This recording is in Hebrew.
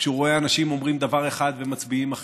כשהוא רואה אנשים אומרים דבר אחד ומצביעים אחרת.